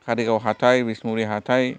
कारिगाव हाथाय बिसमुरि हाथाय